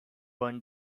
one